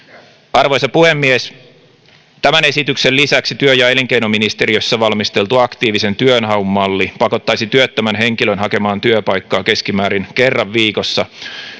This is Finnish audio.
arvoisa puhemies tämän esityksen lisäksi työ ja elinkeinoministeriössä valmisteltu aktiivisen työnhaun malli pakottaisi työttömän henkilön hakemaan työpaikkaa keskimäärin kerran viikossa